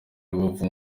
rubavu